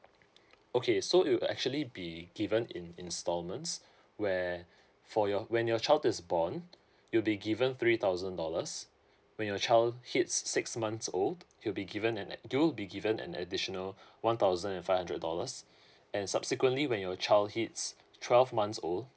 okay so you'll actually be given in instalments where for your when your child is born you'll be given three thousand dollars when your child hits six months old you'll be given an ad~ do be given an additional one thousand five hundred dollars and subsequently when your child hits twelve months old